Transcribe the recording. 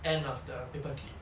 end of the paper clip